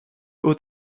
hauts